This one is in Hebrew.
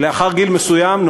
שלאחר גיל מסוים,